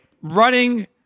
Running